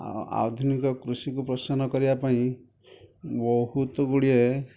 ଆଧୁନିକ କୃଷିକୁ ପ୍ରସନ୍ନ କରିବା ପାଇଁ ବହୁତ ଗୁଡ଼ିଏ